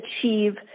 achieve